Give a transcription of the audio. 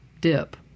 dip